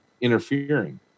interfering